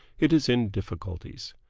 it is in difficulties.